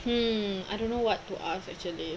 hmm I don't know what to ask actually